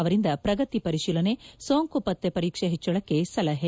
ಅವರಿಂದ ಪ್ರಗತಿ ಪರಿಶೀಲನೆ ಸೋಂಕು ಪತ್ತೆ ಪರೀಕ್ಷೆ ಹೆಚ್ಚಳಕ್ಕೆ ಸಲಹೆ